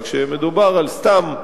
אבל כשמדובר על סתם,